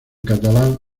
catalán